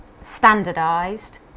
standardized